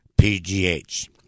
PGH